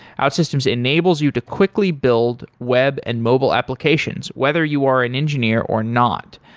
outsystems enables you to quickly build web and mobile applications, whether you are an engineer or not.